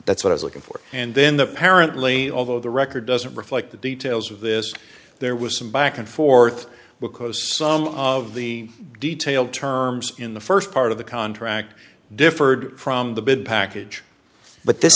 that's what i was looking for and then the parent lea although the record doesn't reflect the details of this there was some back and forth because some of the detail terms in the first part of the contract differed from the bid package but this